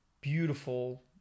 beautiful